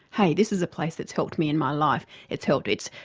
hey, this is a place that's helped me in my life it's helped, it's,